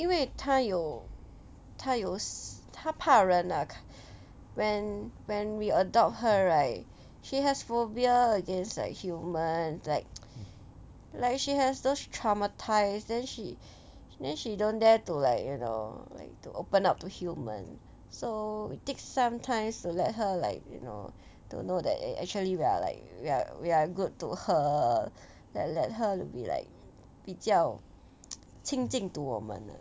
因为他有他有他怕人 lah when when we adopt her right she has phobia against like humans like like she has those traumatise then she then she don't dare to like you know like to open up to human so did sometimes to let her like you know to know that eh actually we are like we are good to her that let her to be like 比较亲近 to 我们 ah